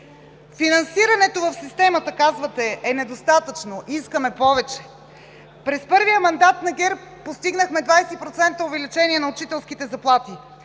Финансирането в системата, казвате, е недостатъчно, искаме повече. През първия мандат на ГЕРБ постигнахме 20% увеличение на учителските заплати.